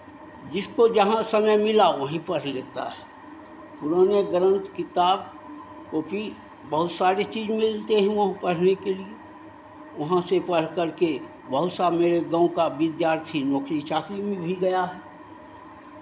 जिसको जहाँ समय मिला वहीं पढ़ लेता है पुराने ग्रन्थ किताब कॉपी बहुत सारे चीज़ मिलते हैं वहाँ पढ़ने के लिए वहाँ से पढ़ करके बहुत सा मेरे गाँव का विद्यार्थी नौकरी चाकरी में भी गया है